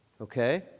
Okay